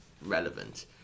relevant